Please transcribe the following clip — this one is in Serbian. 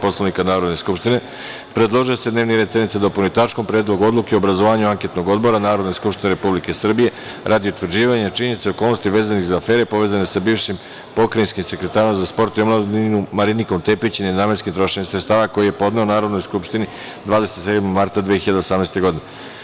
Poslovnika Narodne skupštine, predložio je da se dnevni red sednice dopuni tačkom – Predlog odluke o obrazovanju anketnog odbora Narodne skupštine Republike Srbije radi utvrđivanja činjenica i okolnosti vezanih za afere povezane sa bivšim pokrajinskim sekretarom za sport i omladinu Marinikom Tepić i nenamenskim trošenjem sredstava, koji je Narodnoj skupštini podneo 27. marta 2018. godine.